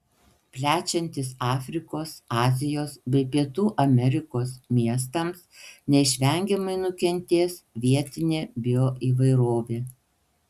plečiantis afrikos azijos bei pietų amerikos miestams neišvengiamai nukentės vietinė bioįvairovė